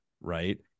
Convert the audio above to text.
Right